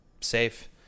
safe